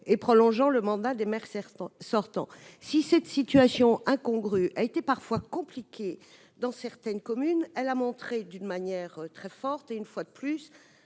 et prolongeant le mandat des maires sortants. Si cette situation incongrue a été parfois compliquée dans certaines communes, elle a montré une fois de plus, et d'une manière très